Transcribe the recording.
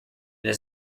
his